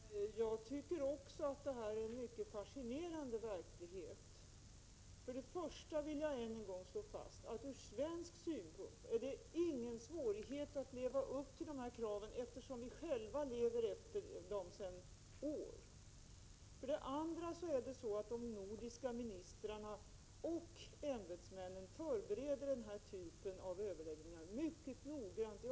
Fru talman! Jag tycker också att detta är en mycket fascinerande verklighet. För det första vill jag än en gång slå fast att det från svensk synpunkt inte är några svårigheter att leva upp till kraven . Vi lever efter dem sedan år tillbaka. För det andra förbereder de nordiska ministrarna och ämbetsmännen den här typen av överläggningar mycket noggrant.